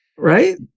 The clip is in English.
right